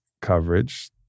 coverage